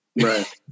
Right